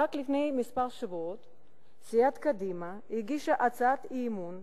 רק לפני כמה שבועות סיעת קדימה הגישה הצעת אי-אמון